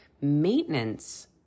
Maintenance